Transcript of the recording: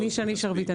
אני שני שרביט,